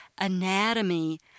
anatomy